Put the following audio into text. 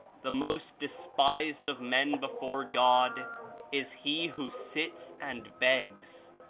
the most despised of men before god is he who sits and begs.